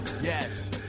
yes